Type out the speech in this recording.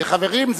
חברים,